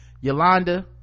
Yolanda